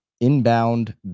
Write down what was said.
inbound